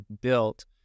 built